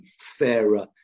fairer